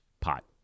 pot